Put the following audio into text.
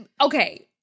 okay